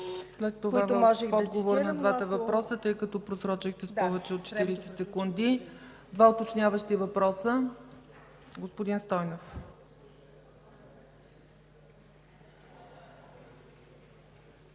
След това, в отговор на двата въпроса, тъй като просрочихте с повече от 40 секунди. Два уточняващи въпроса – господин Стойнев.